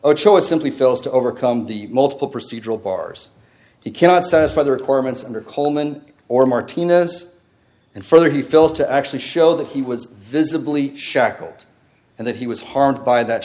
a choice simply fails to overcome the multiple procedural bars he cannot satisfy the requirements under coleman or martinez and further he fails to actually show that he was visibly shackled and that he was harmed by that